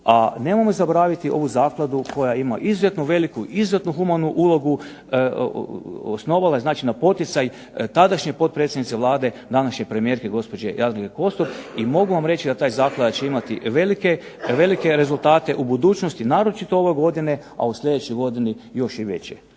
nemojmo zaboraviti ovu zakladu koja ima izuzetno veliku, izuzetno humanu ulogu, osnovana je znači na poticaj tadašnje potpredsjednice Vlade, današnje premijerke gospođe Jadranke Kosor, i mogu vam reći da ta zaklada će imati velike rezultate u budućnosti, naročito ove godine, a u sljedećoj godini još i veće.